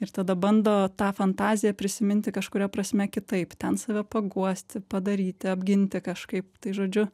ir tada bando tą fantaziją prisiminti kažkuria prasme kitaip ten save paguosti padaryti apginti kažkaip tai žodžiu